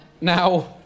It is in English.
Now